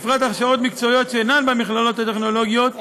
ובפרט הכשרות מקצועיות שאינן במכללות הטכנולוגיות,